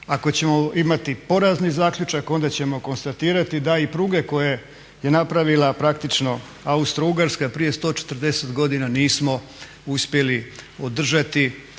Ako ćemo imati porazni zaključak onda ćemo konstatirati da i pruge koje je napravila praktično Austrougarska prije 140. godina nismo uspjeli održati